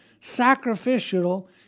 sacrificial